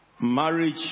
marriage